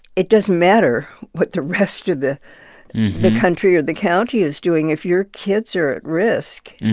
it doesn't matter what the rest of the the country or the county is doing. if your kids are at risk,